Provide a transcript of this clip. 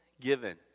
given